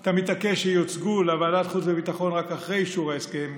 אתה מתעקש שיוצגו לוועדת החוץ והביטחון רק אחרי אישור ההסכם.